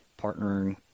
partnering